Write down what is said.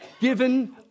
given